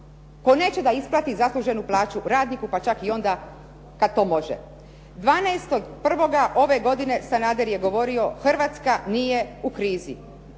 koji neće da isplati zasluženu plaću radniku, pa čak i onda kada to može. 12. 1. ove godine Sander je govorio Hrvatska nije u krizi.